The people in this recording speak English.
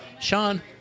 Sean